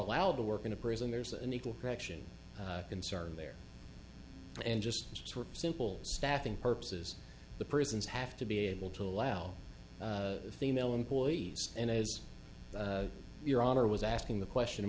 allowed to work in a prison there's an equal protection concern there and just simple staffing purposes the prisons have to be able to allow female employees and as your honor was asking the question a